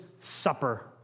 supper